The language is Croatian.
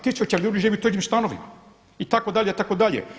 Tisuće ljudi živi u tuđim stanovima itd. itd.